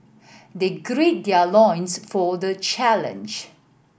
they grey their loins for the challenge